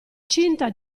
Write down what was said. cinta